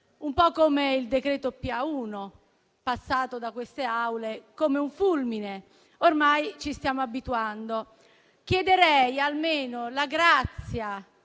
cosiddetto PA, passato da queste Aule come un fulmine: ormai ci stiamo abituando. Chiederei almeno la grazia